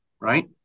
right